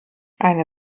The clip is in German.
eine